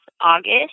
August